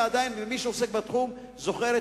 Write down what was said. ומי שעדיין עוסק בתחום זוכר,